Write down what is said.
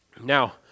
Now